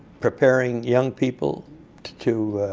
preparing young people to to